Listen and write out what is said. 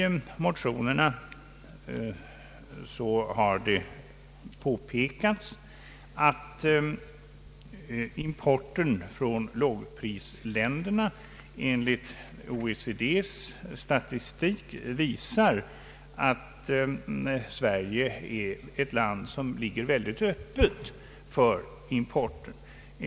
I motionerna har det påpekats att importen från lågprisländerna enligt OECD:s statistik visar att Sverige är ett land som ligger öppet för import.